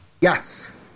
Yes